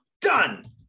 done